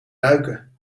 duiken